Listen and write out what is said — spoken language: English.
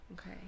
Okay